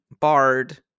bard